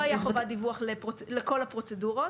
לא הייתה חובת דיווח לכל הפרוצדורות.